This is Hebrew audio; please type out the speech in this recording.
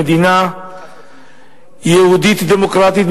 במדינה יהודית דמוקרטית,